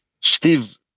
Steve